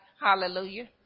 Hallelujah